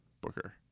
booker